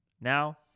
Now